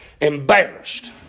embarrassed